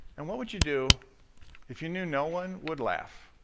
and what would you do if you knew no one would laugh?